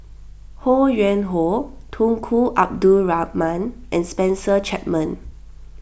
Ho Yuen Hoe Tunku Abdul Rahman and Spencer Chapman